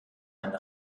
ein